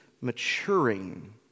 maturing